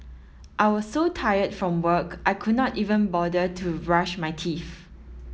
I was so tired from work I could not even bother to brush my teeth